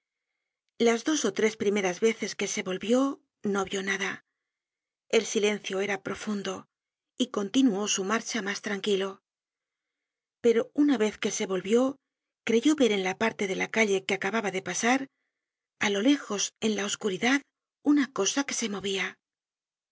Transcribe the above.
las dos ó tres primeras veces que se volvió no vió nada el silencio era profundo y continuó su marcha mas tranquilo pero una vez que se volvió creyó ver en la parte de la calle que acababa de pasar á lo lejos en la oscuridad una cosa que se movia